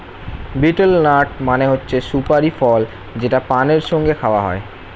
betel nut মানে হচ্ছে সুপারি ফল যেটা পানের সঙ্গে খাওয়া হয়